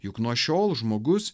juk nuo šiol žmogus